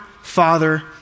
Father